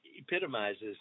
epitomizes